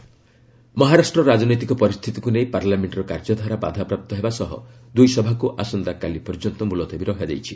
parliament adjourn Maharashtra ରାଜନୈତିକ ପରିସ୍ଥିତିକୁ ନେଇ ପାର୍ଲାମେଣ୍ଟର କାର୍ଯ୍ୟଧାରା ବାଧାପ୍ରାପ୍ତ ହେବା ସହ ଦୁଇ ସଭାକୁ ଆସନ୍ତାକାଲି ପର୍ଯ୍ୟନ୍ତ ମୁଲତବୀ ରଖାଯାଇଛି